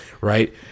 right